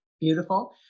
beautiful